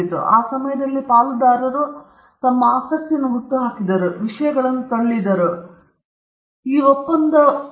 ಮತ್ತು ಆ ಸಮಯದಲ್ಲಿ ಪಾಲುದಾರರು ತಮ್ಮ ಆಸಕ್ತಿಯನ್ನು ಹುಟ್ಟುಹಾಕಿದರು ಮತ್ತು ಅದಕ್ಕೆ ವಿಷಯಗಳನ್ನು ತಳ್ಳಿದರು ಕೆಲವು ವರ್ಷಗಳಲ್ಲಿ ನಾವು ಈ ಒಪ್ಪಂದವನ್ನು ಹೇಗೆ ಹೊಂದಿದ್ದೇವೆ